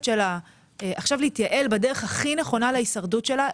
שלה עכשיו להתייעל בדרך הכי נכונה להישרדות שלה,